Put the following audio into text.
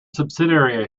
subsidiary